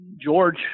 George